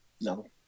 No